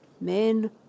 men